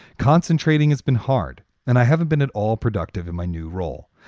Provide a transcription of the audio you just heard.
concentrating has been hard and i haven't been at all productive in my new role.